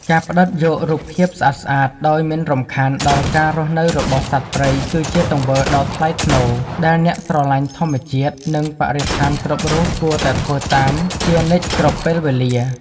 ការផ្ដិតយករូបភាពស្អាតៗដោយមិនរំខានដល់ការរស់នៅរបស់សត្វព្រៃគឺជាទង្វើដ៏ថ្លៃថ្នូរដែលអ្នកស្រឡាញ់ធម្មជាតិ និង បរិស្ថានគ្រប់រូបគួរតែធ្វើតាមជានិច្ចគ្រប់ពេលវេលា។